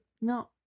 No